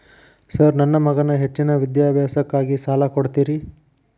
Sir ನನ್ನ ಮಗನ ಹೆಚ್ಚಿನ ವಿದ್ಯಾಭ್ಯಾಸಕ್ಕಾಗಿ ಸಾಲ ಕೊಡ್ತಿರಿ?